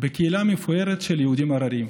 בקהילה מפוארת של יהודים הרריים.